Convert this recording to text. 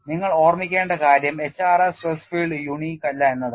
നിങ്ങൾ ഓർമ്മിക്കേണ്ട കാര്യം HRR സ്ട്രെസ് ഫീൽഡ് unique അല്ല എന്നതാണ്